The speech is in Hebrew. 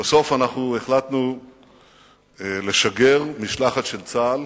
לבסוף, אנחנו החלטנו לשגר משלחת של צה"ל